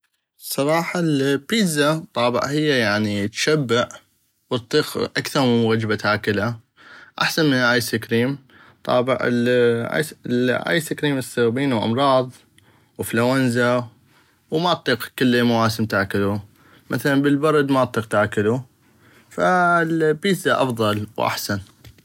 بصراحة البيتزا طابع هيا يعني تشبع واطيق اكثغ من وجبة تاكلة احسن من الايسكريم طابع الايسكريم اصيغ بينو امراض وفلونزا وما اطيق كل المواسم تاكلو مثلا بل البرد ما اطيق تاكلو فالبيتزا افضل واحسن.